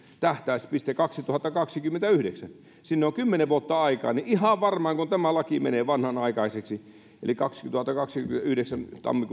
tähtäinpiste on kaksituhattakaksikymmentäyhdeksän siihen on kymmenen vuotta aikaa niin ihan varmaan silloin kun tämä laki menee vanhanaikaiseksi eli kaksituhattakaksikymmentäyhdeksän